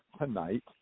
tonight